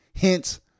hence